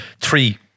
three